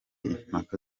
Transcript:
impaka